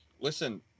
listen